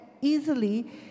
easily